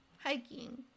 hiking